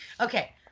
Okay